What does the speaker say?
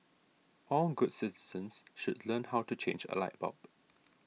all good citizens should learn how to change a light bulb